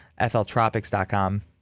FLTropics.com